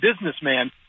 businessman